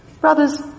Brothers